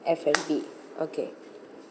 F&B okay